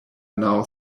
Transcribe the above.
now